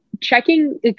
checking